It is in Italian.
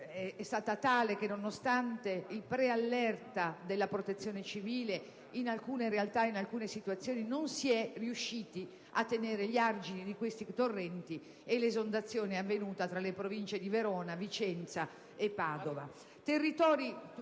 è stata tale che, nonostante il preallerta della Protezione civile, in alcune realtà e situazioni non si è riusciti a tenere gli argini dei torrenti e l'esondazione è avvenuta, colpendo i territori tra le province di Verona, Vicenza e Padova.